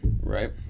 right